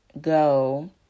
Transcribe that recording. go